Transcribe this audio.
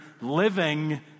living